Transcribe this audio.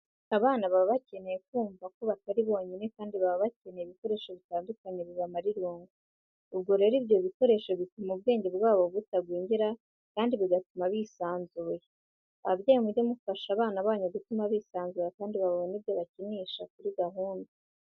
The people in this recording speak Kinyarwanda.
Abana baba bakeneye kumva ko batari bonyine kandi baba bakeneye ibikoresho bitandukanye bibamara irungu. Ubwo rero ibyo bikoresho bituma ubwenge bwabo butagwingira kandi bigatuma bisanzuye. Babyeyi mujye mufasha abana banyu gutuma bisanzura kandi babone ibyo bakinisha kuri gahunda.